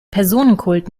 personenkult